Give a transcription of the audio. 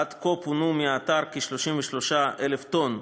עד כה פונו מהאתר כ-33,000 טונות,